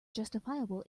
justifiable